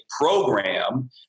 program